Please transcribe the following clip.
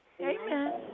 Amen